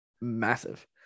massive